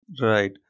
Right